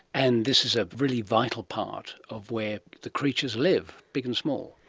and this is a really vital part of where the creatures live, big and small.